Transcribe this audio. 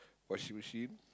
washing machine